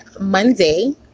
monday